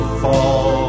fall